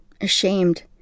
ashamed